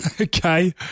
Okay